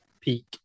peak